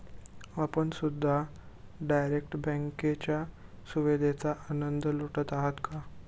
आपण सुद्धा डायरेक्ट बँकेच्या सुविधेचा आनंद लुटत आहात का?